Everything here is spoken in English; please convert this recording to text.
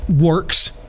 works